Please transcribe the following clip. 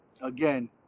again